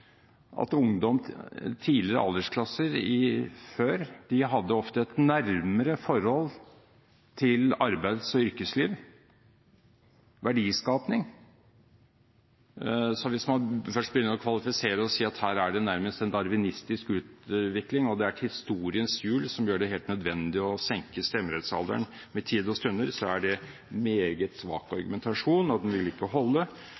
at tidligere aldersklasser hadde ofte et nærmere forhold til arbeids- og yrkesliv, til verdiskapning. Så hvis man først begynner å kvalifisere og si at her er det nærmest en darwinistisk utvikling, og at det er et historiens hjul som gjør det helt nødvendig å senke stemmerettsalderen med tid og stunder, er det en meget svak argumentasjon, og den vil ikke holde.